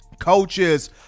coaches